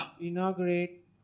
Inaugurate